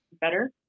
better